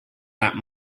that